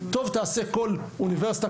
טוב תעשה כל אוניברסיטה,